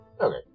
Okay